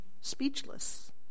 speechless